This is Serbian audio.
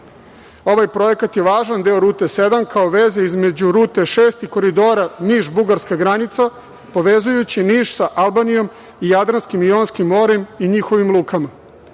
Ovaj projekat je važan deo rute sedam, kao veze između rute šest i koridora Niš-bugarska granica, povezujući Niš sa Albanijom i Jadranskim i Jonskim morem i njihovim